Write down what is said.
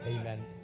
Amen